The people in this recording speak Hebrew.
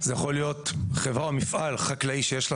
זה יכול להיות חברה או מפעל חקלאי שיש לה